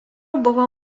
buvo